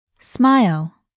Smile